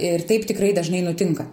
ir taip tikrai dažnai nutinka